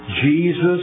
Jesus